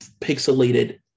pixelated